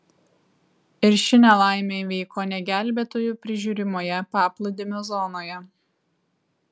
ir ši nelaimė įvyko ne gelbėtojų prižiūrimoje paplūdimio zonoje